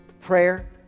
Prayer